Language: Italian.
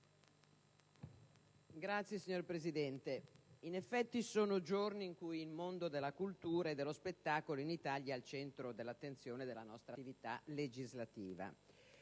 *(PdL)*. Signor Presidente, in effetti sono giorni in cui il mondo della cultura e dello spettacolo in Italia è al centro dell'attenzione della nostra attività legislativa,